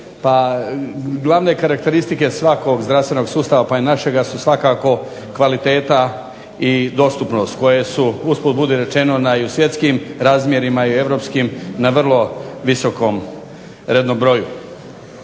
Pa glavne karakteristike svakog zdravstvenog sustava, pa i našega su svakako kvaliteta i dostupnost, koje su usput budi rečeno na svjetskim razmjerima i europskim na vrlo visokom rednom broju.